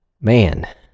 man